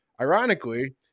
Ironically